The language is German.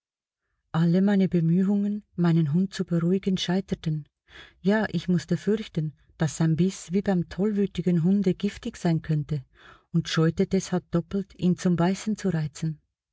alle meine bemühungen meinen hund zu beruhigen scheiterten ja ich mußte fürchten daß sein biß wie beim tollwütigen hunde giftig sein könnte und scheute deshalb doppelt ihn zum beißen zu reizen